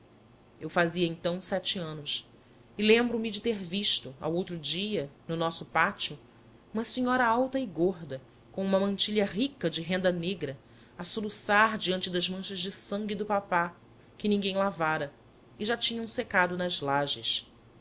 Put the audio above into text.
eu fazia então sete anos e lembro-me de ter visto ao outro dia no nosso pátio uma senhora alta e gorda com uma mantilha rica de renda negra a soluçar diante das manchas de sangue do papá que ninguém lavara e já tinham secado nas lajes